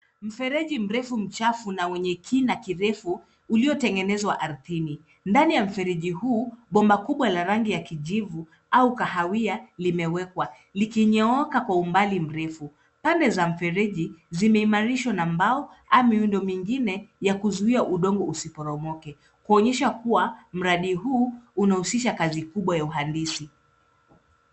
Mfereji mrefu mchafu na wenye kina kirefu uliotengenezwa ardhini. Ndani ya mfereji huu bomba kubwa la rangi ya kijivu, au kahawia limewekwa. Likinyooka kwa upande mrefu. Pande za mfereji zimeimarishwa na mbao au miundo mingine ya kuzuia udongo usiporomoke kuonyesha kuwa mradi huu unahusisha kazi kubwa ya uhandisi.